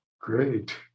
Great